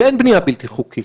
שאין בנייה בלתי חוקית,